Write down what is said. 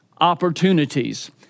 opportunities